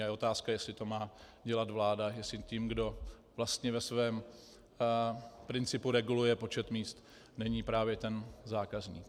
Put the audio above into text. A je otázka, jestli to má dělat vláda, jestli tím, kdo vlastně ve svém principu reguluje počet míst, není právě ten zákazník.